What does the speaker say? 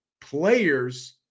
players